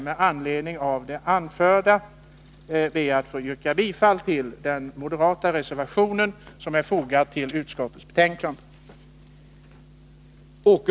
Med anledning av vad jag nu anfört ber jag att få yrka bifall till den moderata reservationen vid utskottets betänkande.